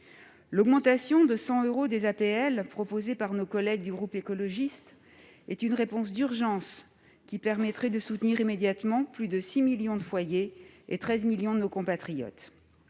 L'augmentation de 100 euros des APL, proposée par nos collègues du groupe écologiste, est une réponse d'urgence, qui permettrait de soutenir immédiatement plus de 6 millions de foyers et 13 millions de nos compatriotes.